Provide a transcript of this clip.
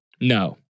No